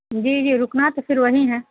جی جی رکنا تو پھر وہیں ہے